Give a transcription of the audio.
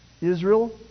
Israel